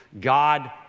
God